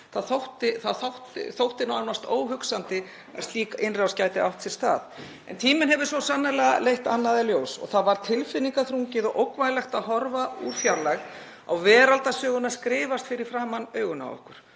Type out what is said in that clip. síðan þótti nánast óhugsandi að slík innrás gæti átt sér stað. En tíminn hefur svo sannarlega leitt annað í ljós. Það var tilfinningaþrungið og ógnvænlegt að horfa úr fjarlægð á veraldarsöguna skrifast fyrir framan augun á okkur.